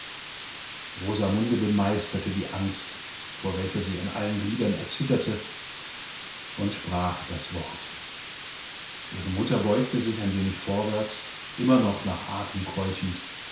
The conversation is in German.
rosamunde bemeisterte die angst vor welcher sie an allen gliedern erzitterte und sprachdaswort ihre mutter beugte sich ein wenig vorwärts immer noch nach atem keuchend